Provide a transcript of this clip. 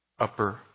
upper